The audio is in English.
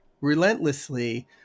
relentlessly